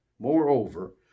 Moreover